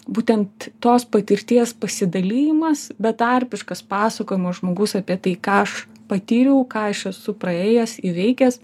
būtent tos patirties pasidalijimas betarpiškas pasakojimo žmogus apie tai ką aš patyriau ką aš esu praėjęs įveikęs